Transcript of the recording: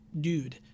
dude